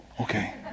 okay